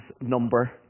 number